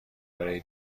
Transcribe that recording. برای